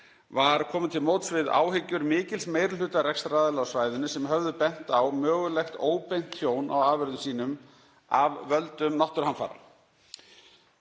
var komið til móts við áhyggjur mikils meiri hluta rekstraraðila á svæðinu sem höfðu bent á mögulegt óbeint tjón á afurðum sínum af völdum náttúruhamfara.